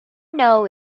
know